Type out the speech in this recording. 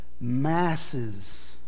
masses